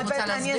את רוצה להסביר?